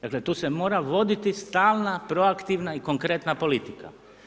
Dakle, tu se mora voditi stalna proaktivna i konkretna politika.